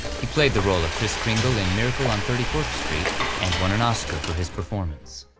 he played the role of kris kringle in miracle on thirty fourth street, and won an oscar for his performance.